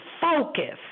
focus